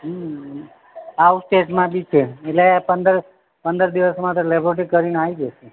હમ out સ્ટેટમાંથી જ છે એટલે પંદર પંદર દિવસમાં તો લેબોરટી કરીને આવી જશે